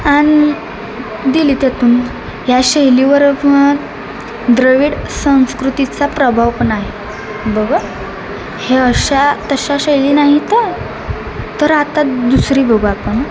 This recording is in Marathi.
आणि दिली त्यातून ह्या शैलीवर मग द्रविड संस्कृतीचा प्रभाव पण आहे बघ हं ह्या अशा तशा शैली नाहीत हं तर आता दुसरी बघू आपण